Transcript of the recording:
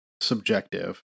subjective